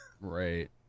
Right